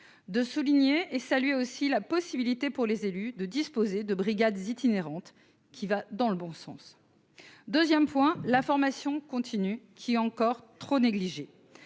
de souligner et saluer aussi la possibilité pour les élus de disposer de brigades itinérante qui va dans le bon sens 2ème point la formation continue, qui est encore trop négligé